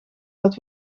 dat